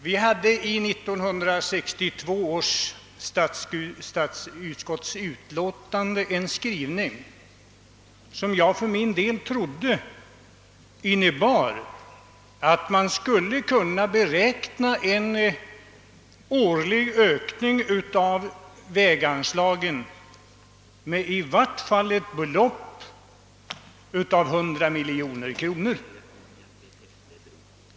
År 1962 gjorde statsutskottet en skrivning, som jag trodde innebar att man skulle kunna beräkna en årlig ökning av väganslagen med i vart fall 100 miljoner kronor.